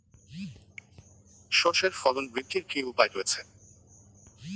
সর্ষের ফলন বৃদ্ধির কি উপায় রয়েছে?